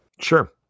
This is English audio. Sure